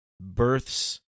births